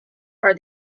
are